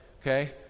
okay